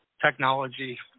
technology